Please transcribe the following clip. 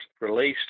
released